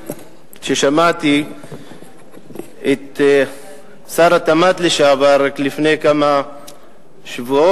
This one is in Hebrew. כששמעתי את שר התמ"ת לשעבר רק לפני כמה שבועות,